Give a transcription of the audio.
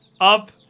up